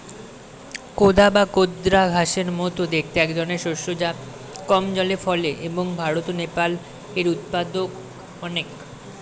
কোদা বা কোদরা ঘাসের মতো দেখতে একধরনের শস্য যা কম জলে ফলে এবং ভারত ও নেপালে এর উৎপাদন অনেক